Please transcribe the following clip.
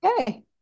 okay